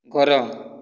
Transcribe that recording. ଘର